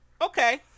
Okay